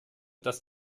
dass